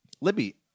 Libby